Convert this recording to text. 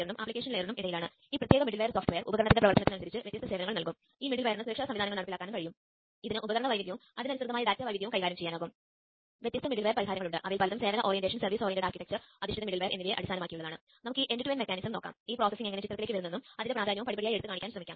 നിങ്ങൾ ഈ പ്രത്യേക ബട്ടണിൽ ക്ലിക്കുചെയ്തുകഴിഞ്ഞാൽ അത് വ്യത്യസ്ത മൊഡ്യൂളുകൾ കണ്ടെത്തി ഈ മൊഡ്യൂൾ കണ്ടെത്തിയതാണ്